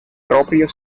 proprio